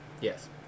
Yes